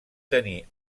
tenir